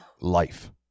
life